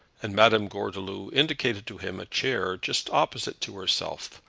and madame gordeloup indicated to him a chair just opposite to herself,